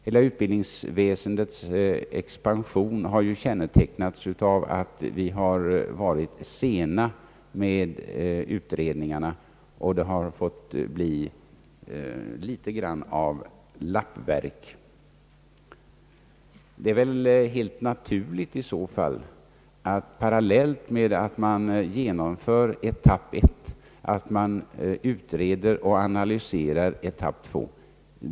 Hela utbildningsväsendets expansion har ju kännetecknats av att vi varit sena med utredningarna och det har fått bli något av ett lappverk. Det är väl mot denna bakgrund helt naturligt att man parallellt med att man genomför etapp 1 också utreder och analyserar etapp 2.